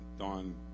Don